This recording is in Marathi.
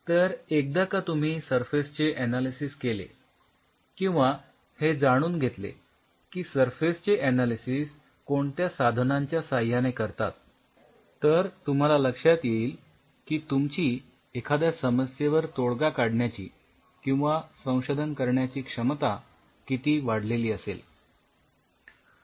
तर एकदा का तुम्ही सफरेस चे ऍनालिसिस केले किंवा हे जाणून घेतले की सरफेस चे ऍनालिसिस कोणत्या साधनांच्या साह्याने करतात तर तुम्हाला लक्षात येईल की तुमची एखाद्या समस्येवर तोडगा काढण्याची किंवा संशोधन करण्याची क्षमता किती वाढलेली असेल